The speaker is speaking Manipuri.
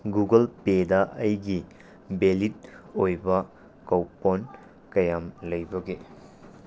ꯒꯨꯒꯜ ꯄꯦꯗ ꯑꯩꯒꯤ ꯕꯦꯂꯤꯗ ꯑꯣꯏꯕ ꯀꯧꯄꯣꯟ ꯀꯌꯥꯝ ꯂꯩꯕꯒꯦ